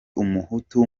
umuhutu